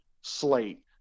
slate